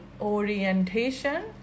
orientation